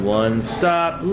one-stop